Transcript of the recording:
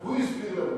הוא הסביר לנו